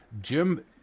Jim